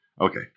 Okay